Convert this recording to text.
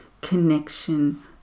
connection